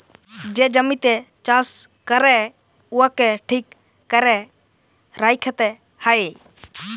যে জমিতে চাষ ক্যরে উয়াকে ঠিক ক্যরে রাইখতে হ্যয়